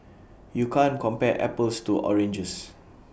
you can't compare apples to oranges